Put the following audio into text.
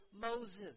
Moses